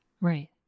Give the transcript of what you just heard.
Right